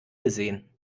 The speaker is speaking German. gesehen